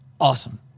awesome